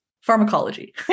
pharmacology